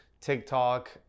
TikTok